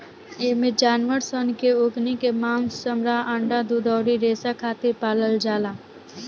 एइमे जानवर सन के ओकनी के मांस, चमड़ा, अंडा, दूध अउरी रेसा खातिर पालल जाला